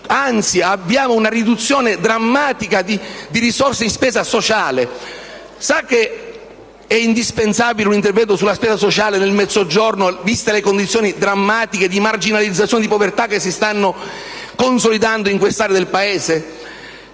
anzi abbiamo una riduzione drammatica di risorse in spesa sociale. Sa che è indispensabile un intervento sulla spesa sociale del Mezzogiorno, viste le condizioni drammatiche di marginalizzazione e povertà che si stanno consolidando in questa area del Paese?